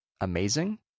amazing